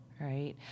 Right